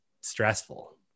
stressful